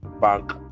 bank